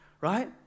right